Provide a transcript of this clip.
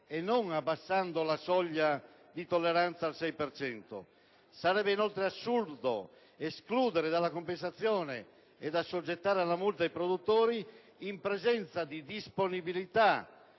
e non abbassando la soglia di tolleranza al 6 per cento. Sarebbe inoltre assurdo escludere dalla compensazione ed assoggettare alla multa i produttori, in presenza di disponibilità